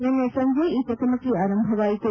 ನಿನ್ನೆ ಸಂಜೆ ಈ ಚಕಮಕಿ ಆರಂಭವಾಯಿತು